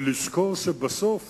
ולזכור שבסוף